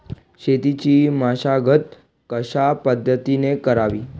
शेतीची मशागत कशापद्धतीने करावी?